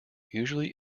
usually